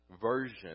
version